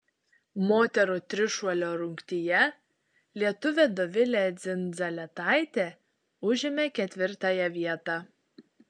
moterų trišuolio rungtyje lietuvė dovilė dzindzaletaitė užėmė ketvirtąją vietą